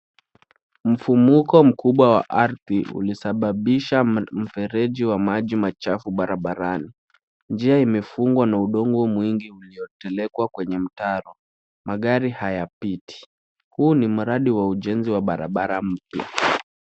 Mfumuko mkubwa wa ardhi ulisababisha mfereji wa maji machafu barabarani. Njia imefungwa na udongo mwingi uliotekwa kwenye mtaro. Magari hayapiti. Huu ni mradi wa ujenzi wa barabara mpya.